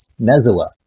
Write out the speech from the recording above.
Mezua